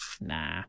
Nah